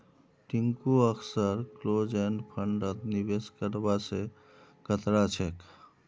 टिंकू अक्सर close end फंडत निवेश करवा स कतरा छेक